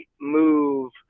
move